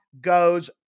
goes